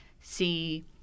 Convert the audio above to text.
see